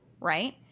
right